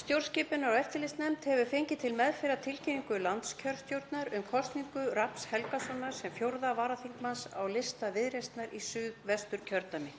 Stjórnskipunar- og eftirlitsnefnd hefur fengið til meðferðar tilkynningu landskjörstjórnar um kosningu Rafns Helgasonar sem 4. varaþingmanns á lista Viðreisnar í Suðvesturkjördæmi.